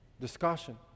discussion